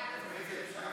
הצעת ועדת הכנסת